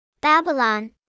Babylon